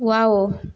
wow